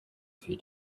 few